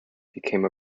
became